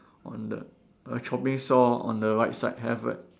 on the err chopping saw on the right side have right